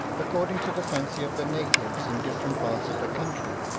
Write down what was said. according to the fancy of the natives in different parts of the country,